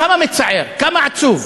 כמה מצער, כמה עצוב.